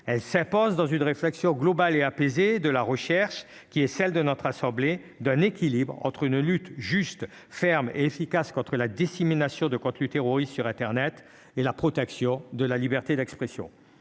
elle s'impose dans une réflexion globale et apaisée de la recherche qui est celle de notre assemblée d'un équilibre entre une lutte juste ferme et efficace contre la dissémination de contenus terroristes sur Internet et la protection de la liberté d'expression,